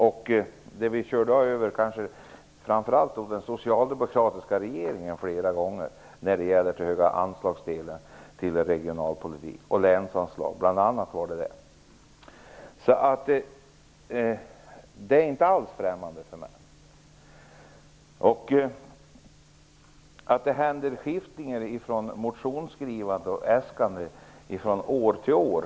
Vi har då framför allt kört över den socialdemokratiska regeringen flera gånger i våra förslag till anslag till regionalpolitik och länsanslag, bl.a. Det är inte alls främmande för mig. Det blir skiftningar i motionsskrivande och äskande från år till år.